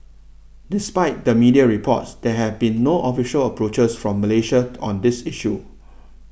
despite the media reports there have been no official approaches from Malaysia on this issue